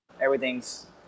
everything's –